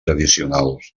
addicionals